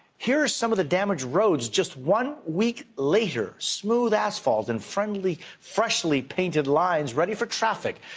here's some of the damaged roads, just one week later. smooth asphalt and friendly freshly painted lines ready for traffic.